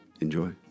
Enjoy